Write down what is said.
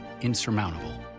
insurmountable